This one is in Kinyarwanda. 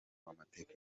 w’amateka